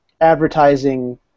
advertising